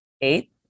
eight